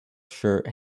shirt